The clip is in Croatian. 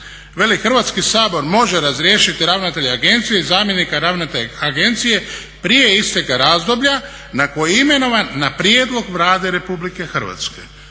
Veli Hrvatski sabor može razriješiti ravnatelje agencije i zamjenika ravnatelja agencije prije isteka razdoblja na koje je imenovan na prijedlog Vlade Republike Hrvatske.